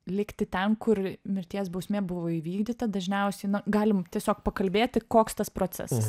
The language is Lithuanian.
likti ten kur mirties bausmė buvo įvykdyta dažniausiai na galim tiesiog pakalbėti koks tas procesas